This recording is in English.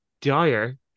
dire